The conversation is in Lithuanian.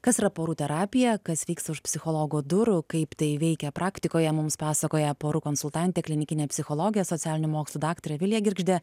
kas yra porų terapija kas vyksta už psichologo durų kaip tai veikia praktikoje mums pasakoja porų konsultantė klinikinė psichologė socialinių mokslų daktarė vilija girgždė